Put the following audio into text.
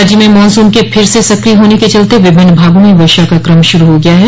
राज्य में मानसून के फिर से सक्रिय होने के चलते विभिन्न भागों में वर्षा का क्रम शुरू हो गया है